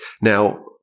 Now